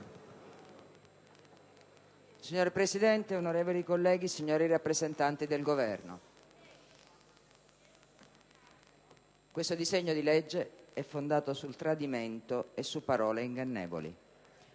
Signor Presidente, onorevoli colleghi, signori rappresentanti del Governo, questo disegno di legge è fondato sul tradimento e su parole ingannevoli.